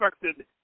expected